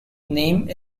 name